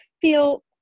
feel